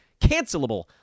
Cancelable